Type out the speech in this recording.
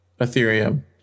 Ethereum